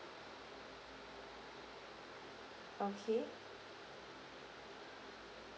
okay